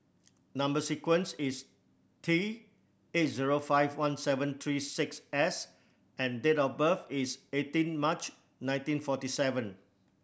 number sequence is T eight zero five one seven three six S and date of birth is eighteen March nineteen forty seven